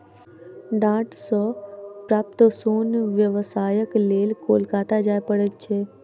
डांट सॅ प्राप्त सोन व्यवसायक लेल कोलकाता जाय पड़ैत छै